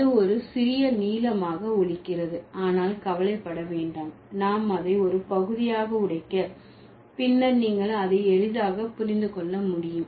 அது ஒரு சிறிய நீளமாக ஒலிக்கிறது ஆனால் கவலைப்பட வேண்டாம் நாம் அதை ஒரு பகுதியாக உடைக்க பின்னர் நீங்கள் அதை எளிதாக புரிந்து கொள்ள முடியும்